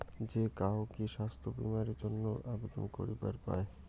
যে কাহো কি স্বাস্থ্য বীমা এর জইন্যে আবেদন করিবার পায়?